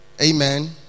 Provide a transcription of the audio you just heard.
Amen